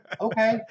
Okay